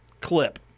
clip